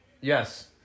Yes